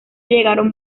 llegaron